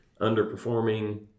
underperforming